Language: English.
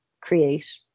create